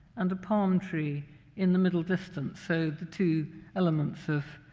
and a palm tree in the middle distance so the two elements of